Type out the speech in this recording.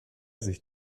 sich